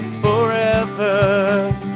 Forever